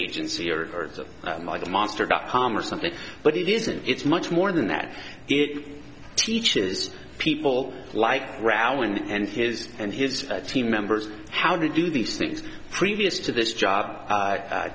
agency or like a monster dot com or something but it isn't it's much more than that it teaches people like growl and his and his team members how to do these things previous to this job